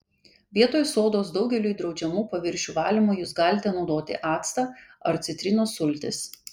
vietoj sodos daugeliui draudžiamų paviršių valymui jus galite naudoti actą ar citrinos sultis